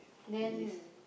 then